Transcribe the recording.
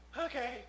okay